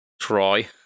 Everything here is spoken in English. try